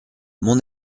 mon